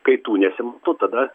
kai tų nesimato tada